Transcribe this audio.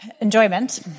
enjoyment